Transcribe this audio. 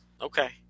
Okay